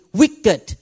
wicked